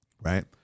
right